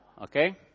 okay